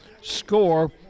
score